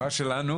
השותפה שלנו